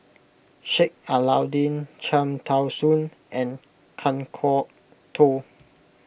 Sheik Alau'ddin Cham Tao Soon and Kan Kwok Toh